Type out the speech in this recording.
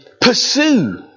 pursue